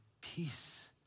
peace